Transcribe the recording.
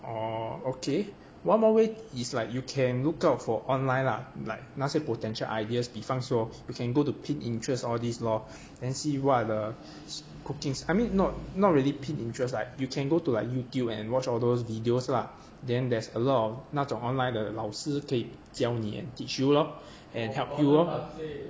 orh okay one more way is like you can look out for online lah like 那些 potential ideas 比方说 you can go to pit interest all these lor then see what are the cookings I mean not not really pit interest like you can go to like youtube and watch or those videos lah then there's a lot of 那种 online 的老师可以教你 and teach you lor and help you lor